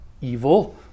evil